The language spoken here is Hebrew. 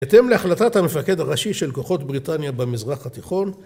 בהתאם להחלטת המפקד הראשי של כוחות בריטניה במזרח התיכון.